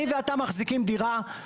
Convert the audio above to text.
אני ואתה מחזיקים דירה,